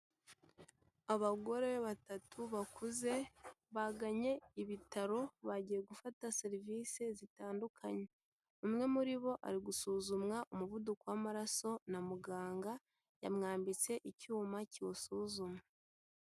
Abagore batatu bakuze bagannye ibitaro, bagiye gufata serivise zitandukanye, umwe muri bo ari gusuzumwa umuvuduko w'amaraso na muganga, yamwambitse icyuma kiwusuzuma.